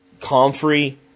comfrey